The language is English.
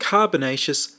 Carbonaceous